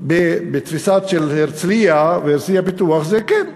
בתפיסה של הרצלייה והרצלייה-פיתוח זה כן,